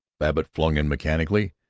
babbitt flung in mechanically,